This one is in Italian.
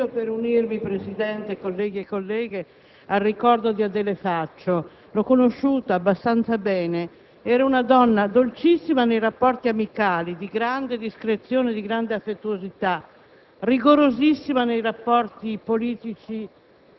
anch'io per unirmi al ricordo di Adele Faccio. L'ho conosciuta abbastanza bene: era una donna dolcissima nei rapporti amicali, di grande discrezione e di grande affettuosità;